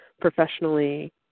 professionally